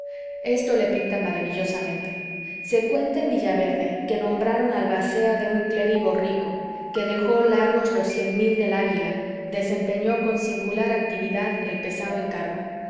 esto le pinta maravillosamente se cuenta en villaverde que nombraron albacea de un clérigo rico que dejó largos los cien mil del águila desempeñó con singular actividad el pesado encargo